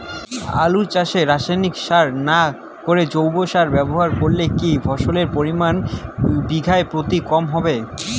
আলু চাষে রাসায়নিক সার না করে জৈব সার ব্যবহার করলে কি ফলনের পরিমান বিঘা প্রতি কম হবে?